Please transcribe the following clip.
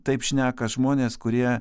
taip šneka žmonės kurie